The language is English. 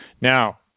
Now